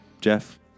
Jeff